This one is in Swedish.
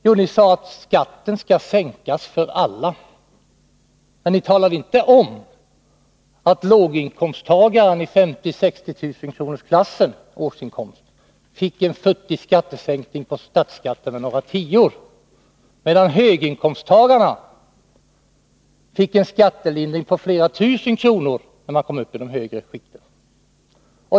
Jo, ni sade att skatten skulle sänkas för alla. Men ni talade inte om att låginkomsttagaren i 50 000-60 000 kronorsklassen fick en futtig sänkning av statsskatten med några tior, medan höginkomsttagarna fick en skattelindring på flera tusen kronor i de högre skikten.